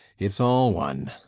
it's all one.